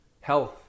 health